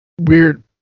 weird